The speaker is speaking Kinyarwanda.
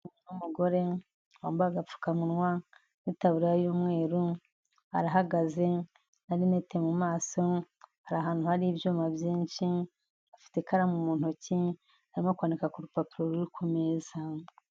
Umugore wambaye agapfukamunwa n'itaburiya y'umweru, arahagazena rinete mu maso, hari ahantu hari ibyuma byinshi, afite ikaramu mu ntoki ari mo kwandika ku rupapuro rufri ku meza.